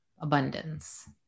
abundance